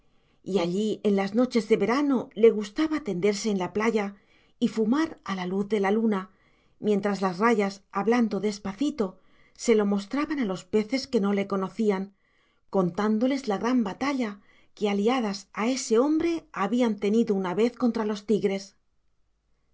y allí en las noches de verano le gustaba tender se en la playa y fumar a la luz de la luna mientras las rayas hablando despacito se lo mostraban a los peces que no le conocían contándoles la gran batalla que aliadas a ese hombre habían tenido una vez contra los tigres